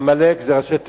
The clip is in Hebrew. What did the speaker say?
עמלק זה ראשי תיבות: